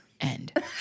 end